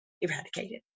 eradicated